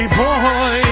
boy